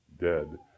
dead